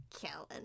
Kellen